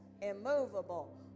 immovable